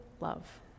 love